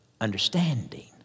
understanding